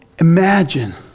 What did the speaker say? imagine